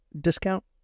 discount